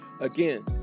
Again